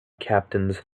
captains